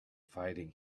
fighting